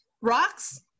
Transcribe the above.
rocks